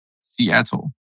Seattle